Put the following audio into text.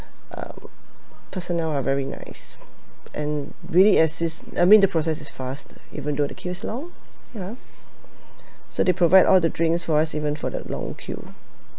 uh personnel are very nice and really asis~ I mean the process is fast even though the queue's long enough ya so they provide all the drinks for us even for the long queue